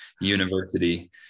university